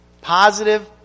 positive